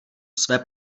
své